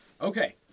Okay